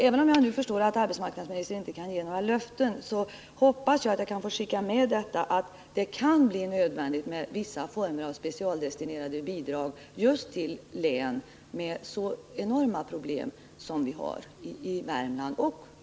Även om jag förstår att arbetsmarknadsministern inte nu kan ge några löften, så hoppas jag att jag kan få skicka med arbetsmarknadsministern mina synpunkter i fråga om specialdestinerade bidrag. Det kan. bli nödvändigt med vissa former av sådana bidrag till län som Värmland, som har sådana enorma problem.